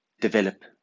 develop